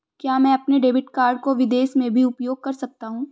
क्या मैं अपने डेबिट कार्ड को विदेश में भी उपयोग कर सकता हूं?